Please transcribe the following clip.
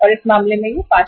इस मामले में यह 5 रु